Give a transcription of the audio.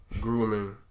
grooming